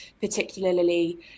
particularly